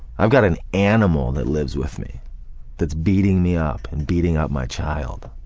i've got an animal that lives with me that's beating me up and beating up my child.